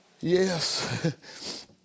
Yes